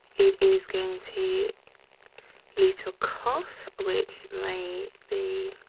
it is going to lead to a cough which may be